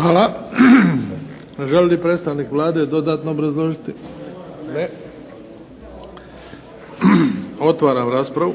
Hvala. Želi li predstavnik Vlade dodatno obrazložiti? Ne. Otvaram raspravu.